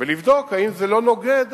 ולבדוק אם זה לא נוגד